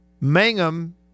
Mangum